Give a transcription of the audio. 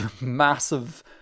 massive